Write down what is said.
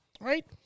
right